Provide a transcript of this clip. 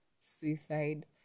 suicide